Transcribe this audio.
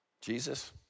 Jesus